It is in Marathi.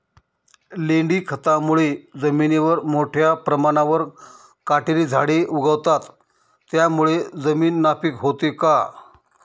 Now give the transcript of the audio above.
लेंडी खतामुळे जमिनीवर मोठ्या प्रमाणावर काटेरी झाडे उगवतात, त्यामुळे जमीन नापीक होते का?